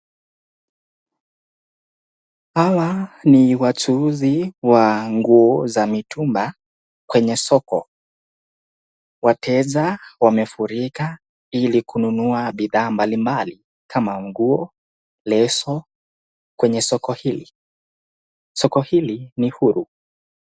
Hawa ni wachuuzi wa nguo za mitumba kwenye soko. Wateja wamefurika Ili kununua bidhaa mbali mbali kama nguo, leso kwenye Soko hili. Soko hili ni huru.